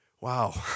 Wow